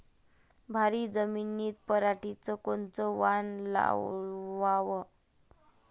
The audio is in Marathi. भारी जमिनीत पराटीचं कोनचं वान लावाव?